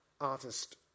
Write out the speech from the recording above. artist